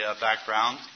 background